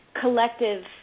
collective